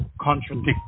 contradict